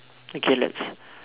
okay let's